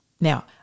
Now